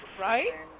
right